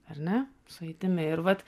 ar ne sueitimi ir vat